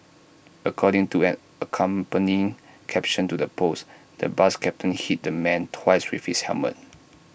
according to an accompanying caption to the post the bus captain hit the man twice with his helmet